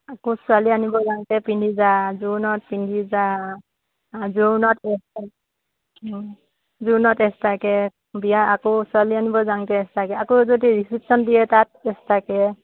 আকৌ ছোৱালী আনিব যাওঁতে পিন্ধি যা জোৰনত পিন্ধি যা জোৰনত জোৰনত এক্সষ্ট্ৰাকৈ বিয়া আকৌ ছোৱালী আনিব যাওঁতে এক্সষ্ট্ৰাকৈ আকৌ যদি ৰিচেপশ্যন দিয়ে তাত এক্সষ্ট্ৰাকৈ